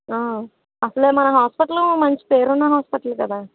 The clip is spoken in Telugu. అసలే మన హాస్పిటల్ మంచి పేరున్న హాస్పిటల్ కదా